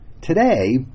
Today